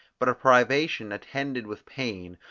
but a privation attended with pain,